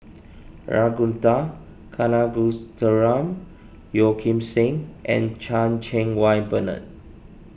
Ragunathar Kanagasuntheram Yeo Kim Seng and Chan Cheng Wah Bernard